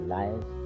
life